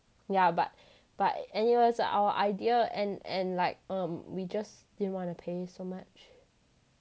ya but but anyway it was our idea and and like um we just didn't want to pay so much